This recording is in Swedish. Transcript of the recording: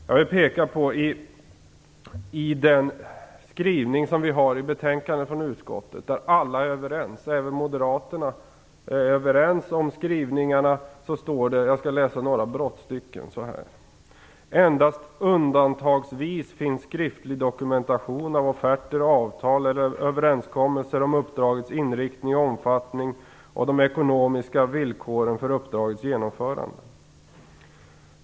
Jag skall läsa några brottstycken ur skrivningen i betänkandet från utskottet som alla, även Moderaterna, är överens om: "Endast undantagsvis finns skriftlig dokumentation av offerter, avtal, eller överenskommelser om uppdragets inriktning och omfattning och de ekonomiska villkoren för uppdragets genomförande.